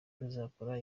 ruzakora